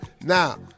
Now